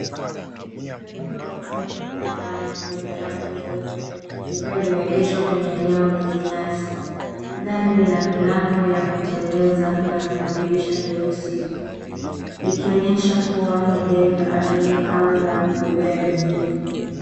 Gari dogo aina ya vani lenye rangi nyeupe likiwa limeegeshwa kwenye eneo lenye nyasi. Gari lina milango ya kuteleza na madirisha meusi likionyesha kuwa ni gari la abiria au la kubebea mizigo.